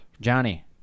Johnny